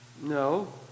No